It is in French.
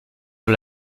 sur